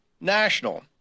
National